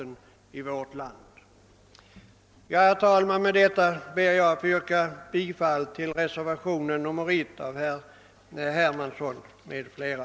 Herr talman! Med detta ber jag att få yrka bifall till reservationen 1 a av herr Hermansson m.fl.